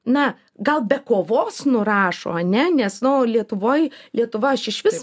na gal be kovos nurašo ane nes nu lietuvoj lietuva aš išvis